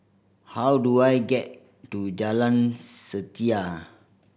how do I get to Jalan Setia